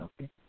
Okay